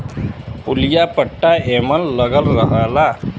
पुलिया पट्टा एमन लगल रहला